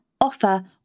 offer